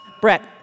Brett